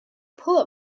pull